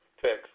text